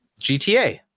GTA